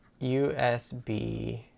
USB